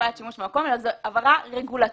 הגבלת שימוש במקום, זו עבירה רגולטורית.